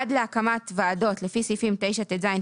'עד להקמת ועדות לפי סעיפים 9טז,